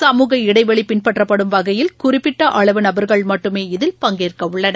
சமூக இடைவெளிபின்பற்றப்படும் வகையில் குறிப்பிட்டஅளவு நபர்கள் மட்டுமே இதில் பங்கேற்கஉள்ளனர்